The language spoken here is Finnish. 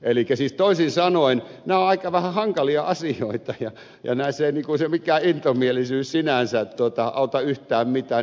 elikkä siis toisin sanoen nämä on vähän hankalia asioita ja näissä ei mikään intomielisyys sinänsä auta yhtään mitään